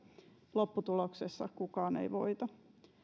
lopputuloksessa kukaan ei voita